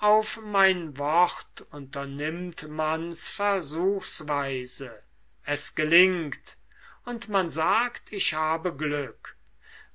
auf mein wort unternimmt man's versuchsweise es gelingt und man sagt ich habe glück